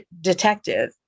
detective